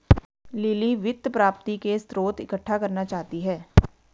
lily वित्त प्राप्ति के स्रोत इकट्ठा करना चाहती है